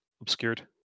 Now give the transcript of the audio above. obscured